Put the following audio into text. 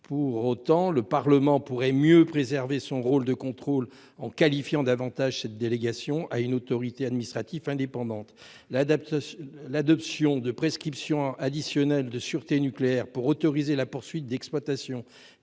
mais le Parlement pourrait mieux préserver son rôle de contrôle en qualifiant davantage cette délégation à une autorité administrative indépendante. L'adoption de prescriptions additionnelles de sûreté nucléaire pour autoriser la poursuite d'exploitation